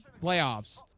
playoffs